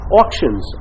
auctions